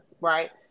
right